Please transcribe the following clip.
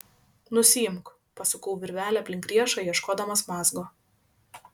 nusiimk pasukau virvelę aplink riešą ieškodamas mazgo